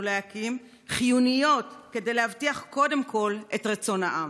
להקים חיוניות כדי להבטיח קודם כול את רצון העם.